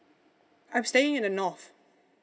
I'm staying in the north